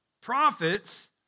prophets